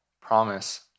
promise